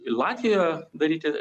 latviją daryti